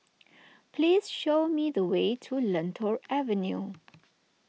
please show me the way to Lentor Avenue